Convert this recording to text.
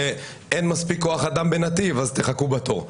אין מספיק כוח אדם בנתיב אז תחכו בתור.